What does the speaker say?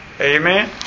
Amen